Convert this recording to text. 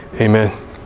Amen